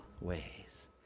ways